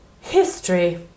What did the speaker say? History